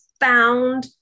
found